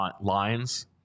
lines